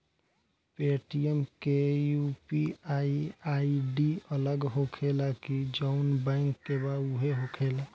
Paytm के UPI ID अलग होखेला की जाऊन बैंक के बा उहे होखेला?